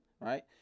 right